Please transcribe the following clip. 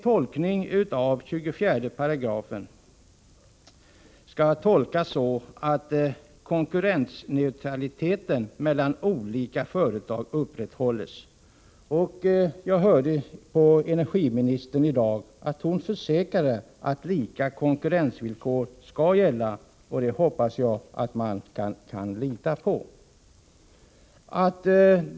24§ tolkas så att konkurrensneutraliteten mellan olika företag skall upprätthållas. Jag hörde att energiministern tidigare i dag försäkrade att lika konkurrensvillkor skall gälla, och jag hoppas att man kan lita på det.